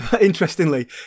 interestingly